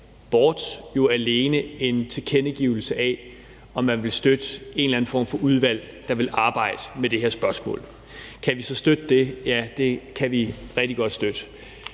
bort, jo alene en tilkendegivelse af, om man vil støtte en eller anden form for udvalg, der vil arbejde med det her spørgsmål. Kan vi så støtte det? Ja, det kan vi rigtig godt støtte,